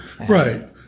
right